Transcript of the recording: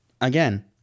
again